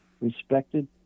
respected